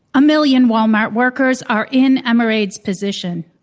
a million walmart workers are in emma raid's position.